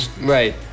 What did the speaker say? Right